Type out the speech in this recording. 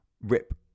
rip